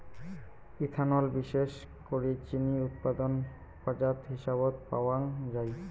ethanol বিশেষ করি চিনি উৎপাদন উপজাত হিসাবত পাওয়াঙ যাই